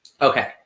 Okay